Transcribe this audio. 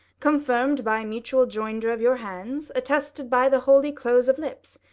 confirm'd by mutual joinder of your hands, attested by the holy close of lips,